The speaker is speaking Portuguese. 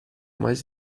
mais